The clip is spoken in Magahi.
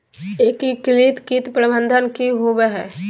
एकीकृत कीट प्रबंधन की होवय हैय?